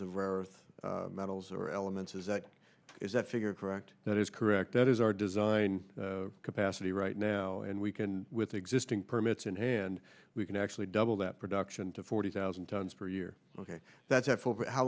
rare earth metals or elements is that is that figure correct that is correct that is our design capacity right now and we can with existing permits in hand we can actually double that production to forty thousand tons per year ok that's h